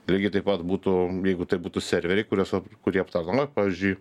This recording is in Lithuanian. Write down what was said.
lygiai taip pat būtų jeigu tai būtų serveriai kuriuose kurie aptarnauja pavyzdžiui